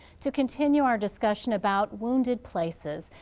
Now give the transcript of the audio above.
to continue our discussion about wounded places,